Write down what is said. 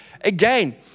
again